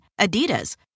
Adidas